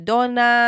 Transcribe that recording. Donna